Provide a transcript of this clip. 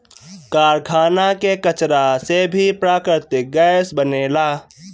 कारखाना के कचरा से भी प्राकृतिक गैस बनेला